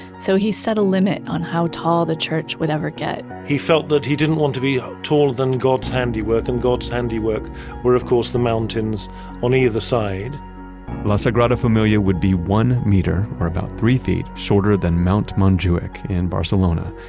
so he set a limit on how tall the church would ever get he felt that he didn't want to be ah taller than god's handiwork and god's handiwork was, of course, the mountains on either side la sagrada familia would be one meter, or about three feet shorter than mount montjuic in barcelona,